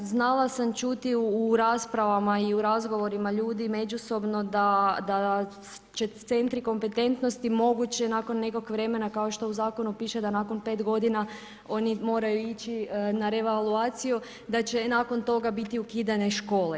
Znala sam čuti u raspravama i u razgovorima ljudi međusobno da će centri kompetentnosti moguće nakon nekog vremena kao što u zakonu piše da nakon 5 godina oni moraju ići na revaluaciju, da će nakon toga biti ukidane škole.